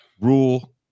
rule